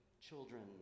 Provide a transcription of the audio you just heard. children